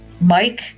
Mike